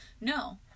No